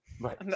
Right